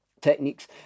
techniques